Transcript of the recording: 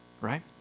Right